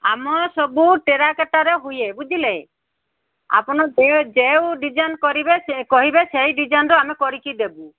ଆମର ସବୁ ଟେରାକଟାରେ ହୁଏ ବୁଝିଲେ ଆପଣ ଯେଉଁ ଡିଜାଇନ୍ କରିବେ କହିବେ ସେଇ ଡିଜାଇନ୍ ର ଆମେ କରିକି ଦବୁ